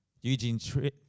Eugene